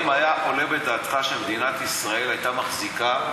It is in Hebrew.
האם היה עולה בדעתך שמדינת ישראל הייתה מחזיקה